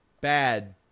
bad